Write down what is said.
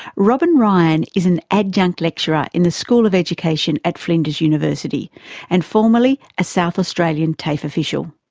robin ryan is an adjunct lecturer in the school of education at flinders university and formerly a south australian tafe official.